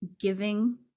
giving